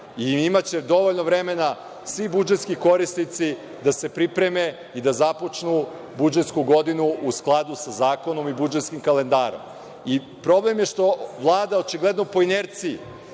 i imaće dovoljno vremena da svi budžetski korisnici da se pripreme i da započnu budžetsku godinu u skladu sa zakonom i budžetskim kalendarom. Problem je što Vladam očigledno po inerciji4